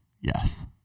Yes